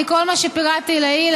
לנוכח כל מה שפירטתי לעיל,